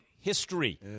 history